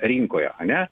rinkoje ane